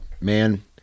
man